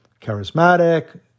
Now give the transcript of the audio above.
charismatic